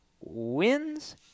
wins